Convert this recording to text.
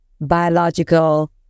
biological